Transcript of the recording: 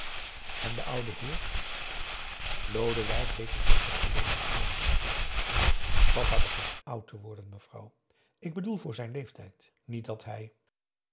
en de oude heer lodewijk keek een beetje verlegen vr zich papa begint oud te worden mevrouw ik bedoel voor zijn leeftijd niet dat hij